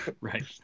Right